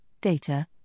data